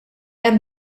hemm